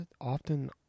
Often